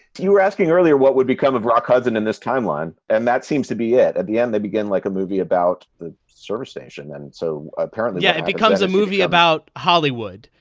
you were asking earlier what would become of rock hudson in this timeline. and that seems to be it. at the end, they begin like a movie about the service station and so apparently yeah it becomes a movie about hollywood,